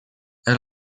elle